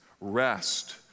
rest